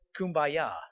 kumbaya